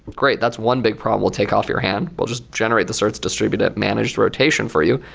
great, that's one big problem we'll take off your hand. we'll just generate the certs, distribute that managed rotation for you.